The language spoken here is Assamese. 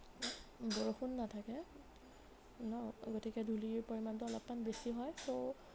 বৰষুণ নাথাকে ন গতিকে ধূলিৰ পৰিমাণটো অলপমান বেছি হয় চ'